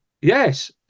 Yes